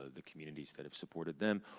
ah the communities that have supported them,